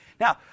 Now